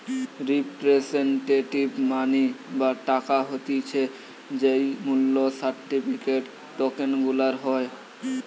representative money বা টাকা হতিছে যেই মূল্য সার্টিফিকেট, টোকেন গুলার হয়